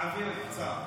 מעוור קצת,